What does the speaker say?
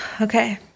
Okay